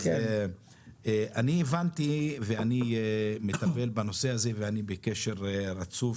אז אני הבנתי ואני מטפל בנושא הזה ואני בקשר רצוף